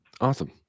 Awesome